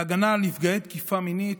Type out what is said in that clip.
בהגנה על נפגעי תקיפה מינית,